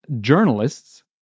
journalists